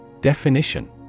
Definition